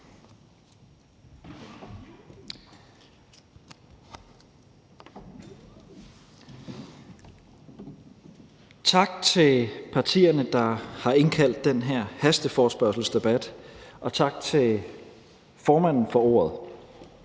Tak til partierne, der har indkaldt til den her hasteforespørgselsdebat, og tak til formanden for ordet.